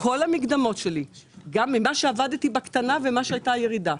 גם ממה שעבדתי בקטנה וממה שהייתה הירידה,